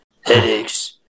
headaches